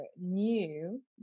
new